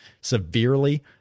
severely